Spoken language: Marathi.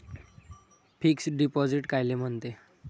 फिक्स डिपॉझिट कायले म्हनते?